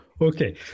okay